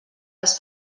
els